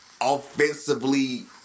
offensively